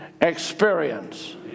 experience